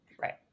Right